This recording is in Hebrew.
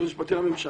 היועץ המשפטי לממשלה,